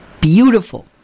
beautiful